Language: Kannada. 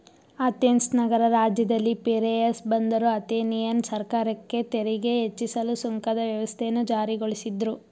ಅಥೆನ್ಸ್ ನಗರ ರಾಜ್ಯದಲ್ಲಿ ಪಿರೇಯಸ್ ಬಂದರು ಅಥೆನಿಯನ್ ಸರ್ಕಾರಕ್ಕೆ ತೆರಿಗೆ ಹೆಚ್ಚಿಸಲು ಸುಂಕದ ವ್ಯವಸ್ಥೆಯನ್ನು ಜಾರಿಗೊಳಿಸಿದ್ರು